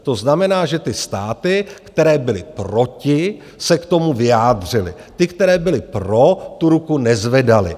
To znamená, že ty státy, které byly proti, se k tomu vyjádřily, ty, které byly pro, tu ruku nezvedaly.